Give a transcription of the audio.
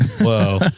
Whoa